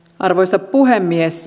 arvoisa puhemies